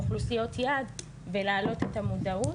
את אוכלוסיות היעד ולהעלות את המודעות.